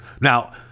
Now